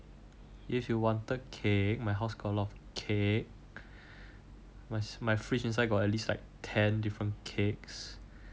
if you wanted cake my house got a lot of cake my my fridge inside got at least like ten different cakes because